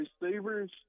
receivers